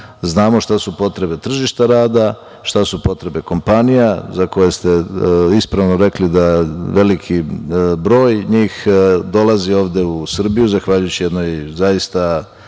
znamo šta su potrebe tržišta rada, šta su potrebe kompanija za koje ste ispravno rekli da veliki broj njih dolazi ovde u Srbiji zahvaljujući jednoj zaista